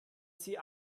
sie